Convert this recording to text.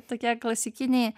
tokie klasikiniai